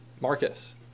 Marcus